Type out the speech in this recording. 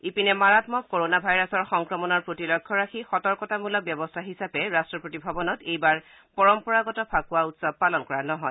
ইপিনে মাৰামক ক'ৰোনা ভাইৰাছৰ সংক্ৰমণৰ প্ৰতি লক্ষ্য ৰাখি সতৰ্কতামূলক ব্যৱস্থা হিচাপে ৰাষ্ট্ৰপতি ভৱনত এইবাৰ পৰম্পৰাগত ফাকুৱা পালন কৰা নহয়